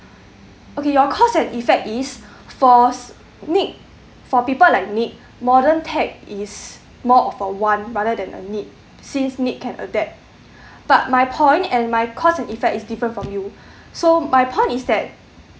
okay your cause and effect is for need for people like nick modern tech is more of a want rather than a need since nick can adapt but my point and my cause and effect is different from you so my point is that